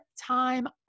time